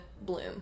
bloom